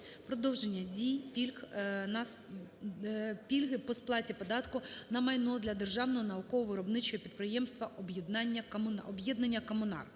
продовження дії пільги по сплаті податку на майно для Державного науково-виробничого підприємства "Об'єднання Комунар".